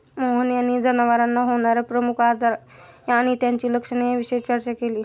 मोहन यांनी जनावरांना होणार्या प्रमुख आजार आणि त्यांची लक्षणे याविषयी चर्चा केली